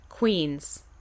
queens